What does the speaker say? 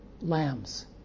lambs